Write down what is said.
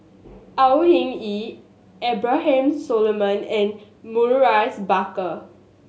Au Hing Yee Abraham Solomon and Maurice Baker